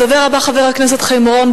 הדובר הבא, חבר הכנסת חיים אורון.